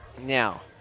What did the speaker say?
Now